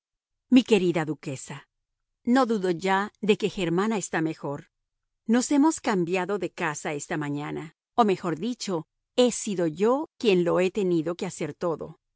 mi querida duquesa no dudo ya de que germana está mejor nos hemos cambiado de casa esta mañana o mejor dicho he sido yo quien lo he tenido que hacer todo